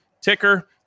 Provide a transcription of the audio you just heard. ticker